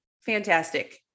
fantastic